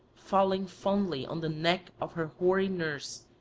falling fondly on the neck of her hoary nurse,